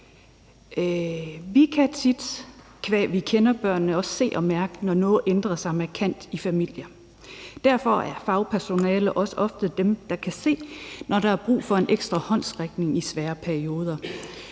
Vi kan tit, qua at vi kender børnene, også se og mærke, når noget ændrer sig markant i familier. Derfor er fagpersonale også ofte dem, der kan se, når der er brug for en ekstra håndsrækning i svære perioder.